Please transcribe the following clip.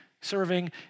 serving